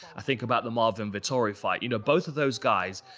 i think about the marvin vettori fight. you know, both of those guys,